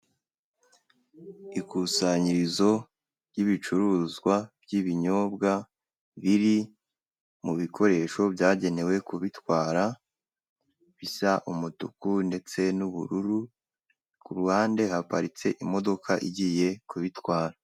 Ikusanyirizo ry'bicuruzwa by'ibinyobwa biri mubikoresho byagenewe kubitwara bisa umutuku ndetse n'ubururu, ku ruhande haparitse imodoka igiye kubitwara.